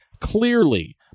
clearly